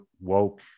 woke